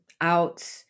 out